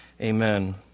amen